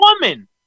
woman